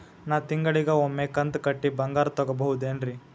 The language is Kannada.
ನಾ ತಿಂಗಳಿಗ ಒಮ್ಮೆ ಕಂತ ಕಟ್ಟಿ ಬಂಗಾರ ತಗೋಬಹುದೇನ್ರಿ?